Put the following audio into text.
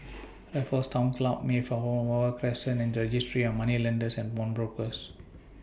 Raffles Town Club Mayflower Crescent and Registry of Moneylenders and Pawnbrokers